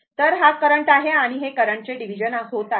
तर हा करंट आहे आणि हे करंट चे डिव्हिजन होत आहे